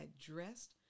dressed